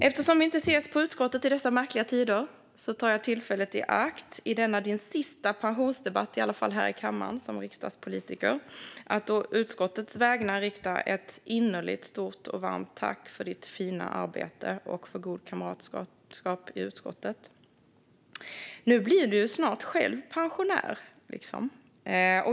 Eftersom vi inte träffas i utskottet i dessa märkliga tider tar jag tillfället i akt i denna din sista pensionsdebatt, i alla fall som riksdagspolitiker här i kammaren, att å utskottets vägnar rikta ett innerligt stort och varmt tack för ditt fina arbete och för gott kamratskap i utskottet. Nu blir du snart själv pensionär.